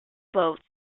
boats